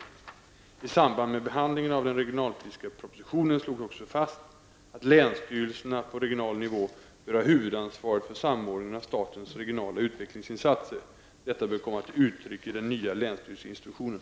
I samband med behandlingen av den regionalpolitiska propositionen slogs också fast att länsstyrelserna på regional nivå bör ha huvudansvaret för samordningen av statens regionala utvecklingsinsatser. Detta bör komma till uttryck i den nya länsstyrelseinstruktionen.